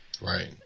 right